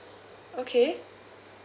okay